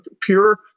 pure